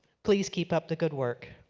please keep up the good work.